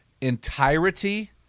entirety